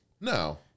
No